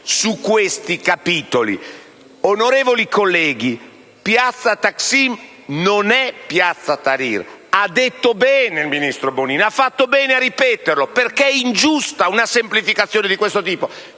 su questi capitoli. Onorevoli colleghi, piazza Taksim non è piazza Tahrir: ha detto bene il ministro Bonino e ha fatto bene a ripeterlo, perché è ingiusta una semplificazione di questo tipo.